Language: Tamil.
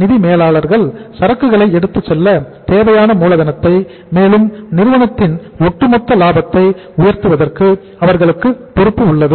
நிதி மேலாளர்கள் சரக்குகளை எடுத்துச் செல்ல தேவையான மூலதனத்தை மேலும் நிறுவனத்தின் ஒட்டுமொத்த லாபத்தை உயர்த்துவதற்கு அவர்களுக்கு பொறுப்பு உள்ளது